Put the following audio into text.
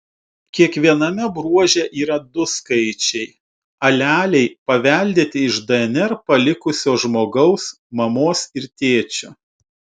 kiekviename bruože yra du skaičiai aleliai paveldėti iš dnr palikusio žmogaus mamos ir tėčio